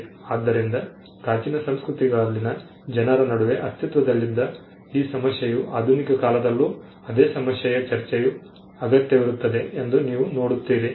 ಆದ್ದರಿಂದ ಪ್ರಾಚೀನ ಸಂಸ್ಕೃತಿಗಳಲ್ಲಿನ ಜನರ ನಡುವೆ ಅಸ್ತಿತ್ವದಲ್ಲಿದ್ದ ಈ ಸಮಸ್ಯೆಯು ಆಧುನಿಕ ಕಾಲದಲ್ಲೂ ಅದೇ ಸಮಸ್ಯೆಯ ಚರ್ಚೆಯು ಅಗತ್ಯವಿರುತ್ತದೆ ಎಂದು ನೀವು ನೋಡುತ್ತೀರಿ